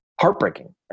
heartbreaking